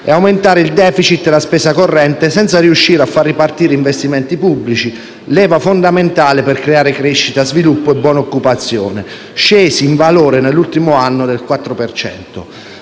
e aumentare il *deficit* e la spesa corrente, senza riuscire a far ripartire gli investimenti pubblici, leva fondamentale per creare crescita, sviluppo e buona occupazione, scesi in valore del 4